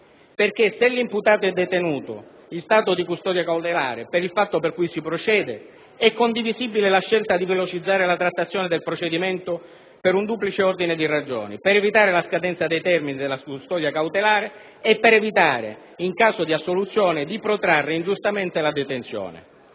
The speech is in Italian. Perché, se l'imputato è in stato di custodia cautelare per il fatto per cui si procede, è condivisibile la scelta di velocizzare la trattazione del procedimento per un duplice ordine di ragioni: per evitare la scadenza dei termini della custodia cautelare e per evitare, in caso di assoluzione, di protrarre ingiustamente la detenzione.